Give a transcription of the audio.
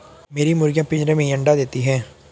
मेरी मुर्गियां पिंजरे में ही अंडा देती हैं